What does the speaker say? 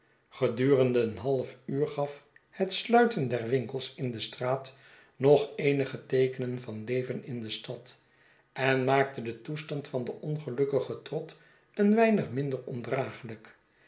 gedurende een half uur gaf het sluiten der winkels in de straat nog eenige teekenen van leven in de stad en maakte den toestand van den ongelukkigen trott een weinig minder ondraaglijk